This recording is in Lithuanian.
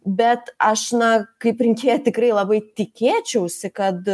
bet aš na kaip rinkėja tikrai labai tikėčiausi kad